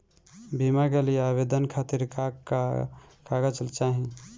बीमा के लिए आवेदन खातिर का का कागज चाहि?